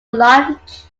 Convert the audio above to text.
lunch